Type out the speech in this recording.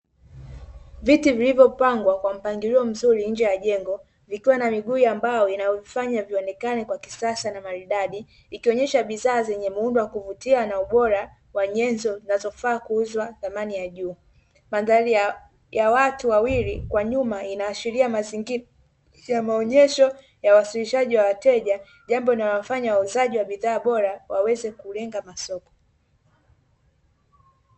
Viti vilivyopangwa kwa mpangilio mzuri nje ya jengo, vikiwa na miguu ya mbao inavyovifanya vionekana kwa kisasa na maridadi, ikionesha bidhaa zenye muundo wa kuvutia na ubora wa nyenzo zinazofaa kuuza thamani ya juu magari ya watu wawili kwa nyuma inaashiria mazingira ya maonesho ya uwasilishaji wa wateja jambo linafanya wauzaji wa bidhaa bora waweze kulenga masoko.